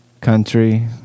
country